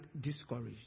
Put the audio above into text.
discouraged